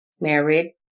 married